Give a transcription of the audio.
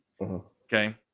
Okay